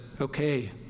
Okay